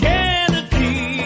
Kennedy